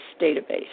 database